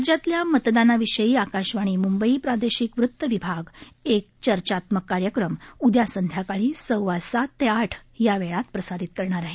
राज्यातल्या मतदानाविषयी आकाशवाणी मुंबई प्रादेशिक वृत्त विभाग एक चर्चात्मक कार्यक्रम उद्या संध्याकाळी सव्वा सात ते आठ या वेळात प्रसारित करणार आहे